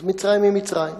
אז מצרים היא מצרים.